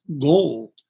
gold